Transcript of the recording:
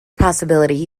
possibility